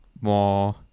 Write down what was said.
more